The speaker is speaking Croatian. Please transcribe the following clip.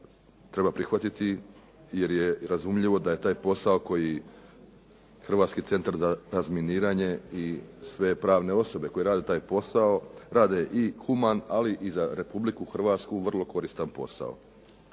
treba prihvatiti jer je razumljivo da je taj posao koji Hrvatski centar za razminiranje i sve pravne osobe koje rade taj posao rade i human ali i za Republiku Hrvatsku vrlo koristan posao.